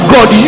God